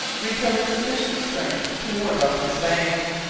recovered sufficient strength to ward off his fangs,